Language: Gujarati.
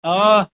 હા